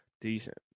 Decent